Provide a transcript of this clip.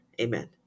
Amen